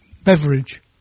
Beverage